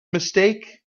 mistake